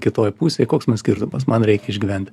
kitoj pusėj koks man skirtumas man reikia išgyventi